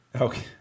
Okay